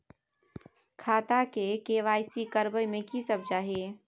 खाता के के.वाई.सी करबै में की सब चाही?